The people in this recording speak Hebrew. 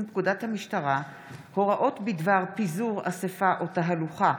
פקודת המשטרה (הוראות בדבר פיזור אספה או תהלוכה),